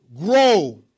grow